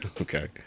Okay